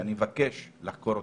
ואני מבקש לחקור אותם.